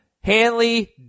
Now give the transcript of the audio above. Hanley